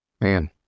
man